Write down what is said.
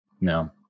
No